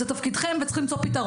זה תפקידכם, וצריך למצוא פתרון.